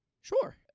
Sure